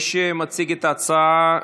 מי שמציג את ההצעה,